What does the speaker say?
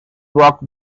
rock